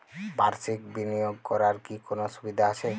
বাষির্ক বিনিয়োগ করার কি কোনো সুবিধা আছে?